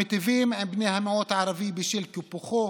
המיטיבים עם בני המיעוט הערבי בשל קיפוחו